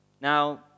Now